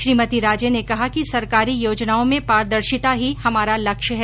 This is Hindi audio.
श्रीमती राजे ने कहा कि सरकारी योजनाओं में पारदर्शिता ही हमारा लक्ष्य है